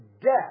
death